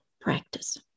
practice